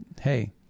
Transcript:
hey